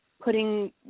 putting